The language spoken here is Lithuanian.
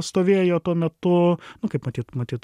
stovėjo tuo metu kaip matyt matyt